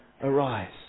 arise